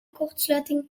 kortsluiting